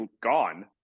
gone